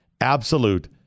absolute